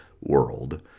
world